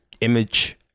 image